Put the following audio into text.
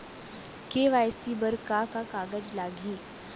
KYC बर का का कागज लागही?